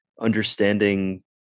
understanding